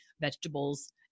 vegetables